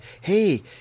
hey